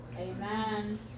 Amen